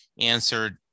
answered